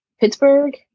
Pittsburgh